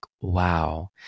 wow